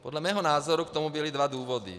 Podle mého názoru k tomu byly dva důvody.